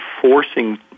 forcing